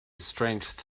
strange